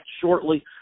shortly